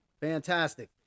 Fantastic